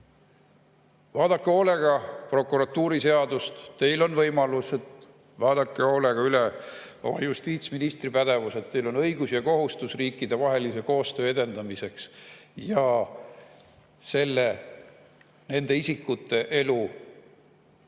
Vaadake hoolega prokuratuuriseadust, teil on võimalus, vaadake hoolega üle oma justiitsministri pädevus, teil on õigus ja kohustus riikidevahelise koostöö edendamiseks ja nende isikute elu